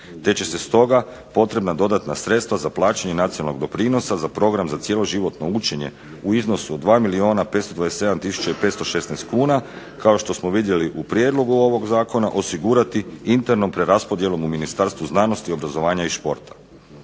te će se stoga potrebna dodatna sredstva za plaćanje nacionalnog doprinosa za Program za cjeloživotno učenje u iznosu od 2 milijuna 527 tisuća i 516 kuna kao što smo vidjeli u prijedlogu ovog zakona osigurati internom preraspodjelom u Ministarstvu znanosti, obrazovanja i športa.